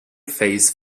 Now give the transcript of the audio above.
face